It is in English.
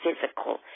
physical